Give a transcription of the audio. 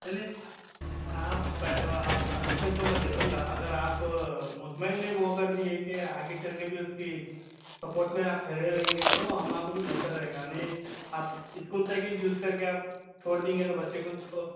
نہیں نہیں آپ پے پرمیشن تو میں دے دوں گا اگر آپ مطمئن وہ کر دیئے کہ آگے چل کے بھی اس کی سپورٹ میں آپ ٹھہرے رہیں گے تو ہما کو بھی بہتر رہے گا نہیں آپ اسکول تک ہی یوز کر کے آپ چھوڑ دیئے گے تو بچے کو تو